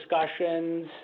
discussions